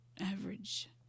average